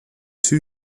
two